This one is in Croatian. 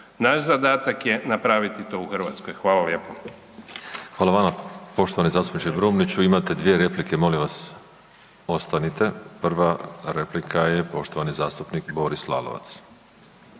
Naš zadatak je napraviti to u Hrvatskoj. Hvala lijepa. **Škoro, Miroslav (DP)** Hvala vama. Poštovani zastupniče Brumnić, imate 2 replike, molim vas ostanite. Prva replika je poštovani zastupnik Boris Lalovac.